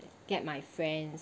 get my friends